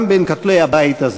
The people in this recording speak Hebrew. גם בין כותלי הבית הזה.